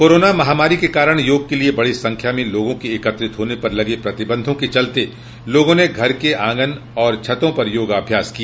corona महामारी के कारण योग के लिए बड़ी संख्या में लोगों के एकत्रित होने पर लगे प्रतिबंध के चलते लोगों ने घर के आंगन और छतों पर योगाभ्यास किया